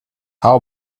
how